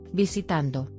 visitando